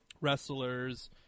wrestlers